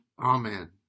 Amen